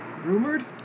Rumored